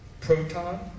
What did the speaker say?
Proton